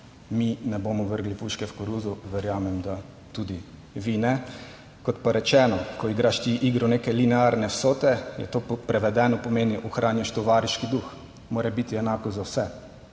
mi ne bomo vrgli puške v koruzo, verjamem, da tudi vi ne. Kot pa rečeno, ko igraš ti igro neke linearne vsote, je to prevedeno, pomeni, ohranjaš tovariški duh, mora biti enako za vse.